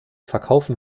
verkaufen